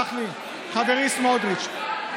חברי סמוטריץ',